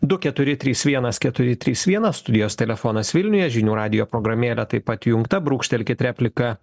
du keturi trys vienas keturi trys vienas studijos telefonas vilniuje žinių radijo programėlė taip pat įjungta brūkštelkit repliką